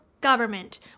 government